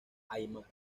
aimara